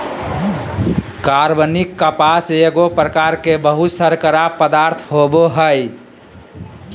कार्बनिक कपास एगो प्रकार के बहुशर्करा पदार्थ होबो हइ